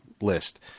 list